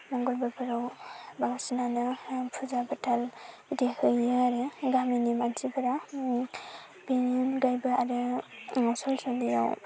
मंगलबारफोराव बांसिनानो फुजा गोथार बिदि होयो आरो गामिनि मानसिफोरा बेनि अनगायैबो आरो सल सानदेयाव